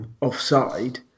offside